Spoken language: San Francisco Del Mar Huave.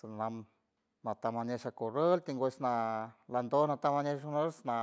Sanam mata amanecer currol tinguesh na lando nata nush na